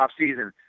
offseason